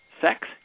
Sex